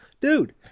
Dude